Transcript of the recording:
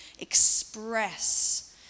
express